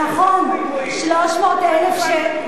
נכון, 300,000 שקל.